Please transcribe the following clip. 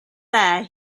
there